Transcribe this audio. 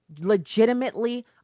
legitimately